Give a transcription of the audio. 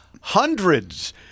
hundreds